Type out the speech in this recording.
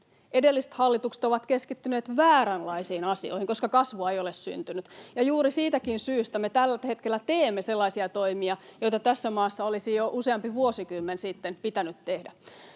Edelliset hallitukset ovat keskittyneet vääränlaisiin asioihin, koska kasvua ei ole syntynyt. Ja juuri siitäkin syystä me tällä hetkellä teemme sellaisia toimia, joita tässä maassa olisi jo useampi vuosikymmen sitten pitänyt tehdä.